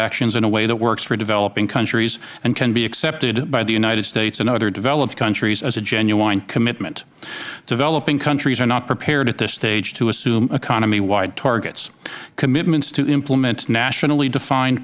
actions in a way that works for developing countries and can be accepted by the united states and other developed countries as a genuine commitment developing countries are not prepared at this stage to assume economy wide targets commitments to implement nationally defined